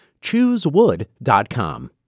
Choosewood.com